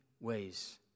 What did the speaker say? ways